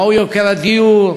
מהו יוקר הדיור,